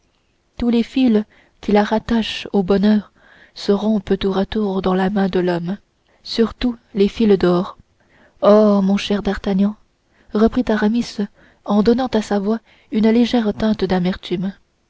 tous les fils qui la rattachent au bonheur se rompent tour à tour dans la main de l'homme surtout les fils d'or o mon cher d'artagnan reprit aramis en donnant à sa voix une légère teinte d'amertume